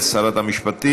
אל שרת המשפטים.